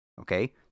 okay